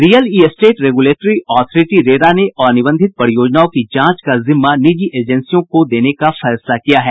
real estate regulatory authority RERA ने अनिबंधित परियोजनाओं की जांच का जिम्मा निजी एजेंसियों को देने का फैसला किया है